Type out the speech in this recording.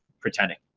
pretending.